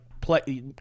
play